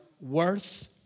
worth